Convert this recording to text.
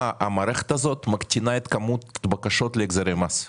המערכת הזאת מקטינה את כמות הבקשות להחזרי מס.